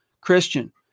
Christian